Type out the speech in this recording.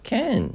can